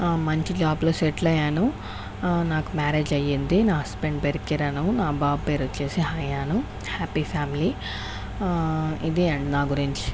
మంచి జాబులో సెటిల్ అయ్యాను నాకు మ్యారేజ్ అయింది నా హస్బెండ్ పేరు కిరణ్ నా బాబు పేరు వచ్చేసి హయాను హ్యాపీ ఫ్యామిలీ ఇది అండి నా గురించి